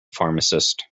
pharmacist